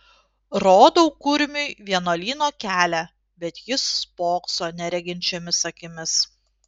rodau kurmiui vienuolyno kelią bet jis spokso nereginčiomis akimis